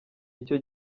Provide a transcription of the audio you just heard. icyo